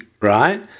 right